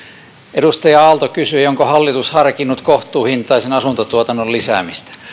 edustaja aalto kysyi onko hallitus harkinnut kohtuuhintaisen asuntotuotannon lisäämistä